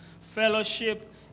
fellowship